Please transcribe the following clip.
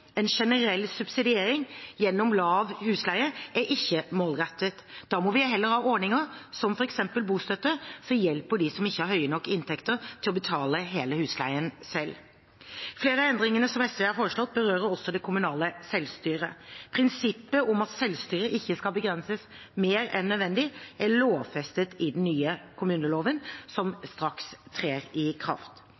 En generell subsidiering gjennom lav husleie er ikke målrettet. Da må vi heller ha ordninger som f.eks. bostøtte, som hjelper dem som ikke har høye nok inntekter til å betale hele husleien selv. Flere av endringene som SV har foreslått, berører også det kommunale selvstyret. Prinsippet om at selvstyre ikke skal begrenses mer enn nødvendig, er lovfestet i den nye kommuneloven som